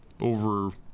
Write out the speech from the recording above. over